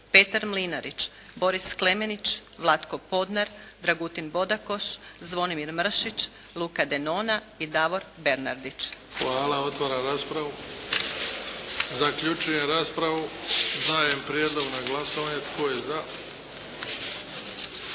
Petar Mlinarić, Boris Klemenić, Vlatko Podnar, Dragutin Bodakoš, Zvonimir Mršić, Luka Denona i Davor Bernardić. **Bebić, Luka (HDZ)** Hvala. Otvaram raspravu. Zaključujem raspravu. Dajem prijedlog na glasovanje. Tko je za?